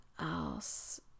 else